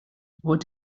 what